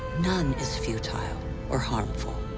none is futile or harmful.